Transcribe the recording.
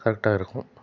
கரெக்டாக இருக்கும்